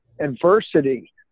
adversity